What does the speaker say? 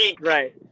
Right